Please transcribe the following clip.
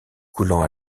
coulant